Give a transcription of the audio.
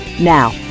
Now